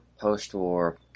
post-war